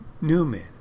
Newman